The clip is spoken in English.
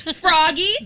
Froggy